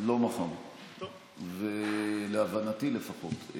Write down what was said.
לא מחר, להבנתי, לפחות.